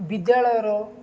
ବିଦ୍ୟାଳୟର